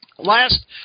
Last